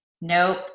Nope